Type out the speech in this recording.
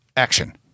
action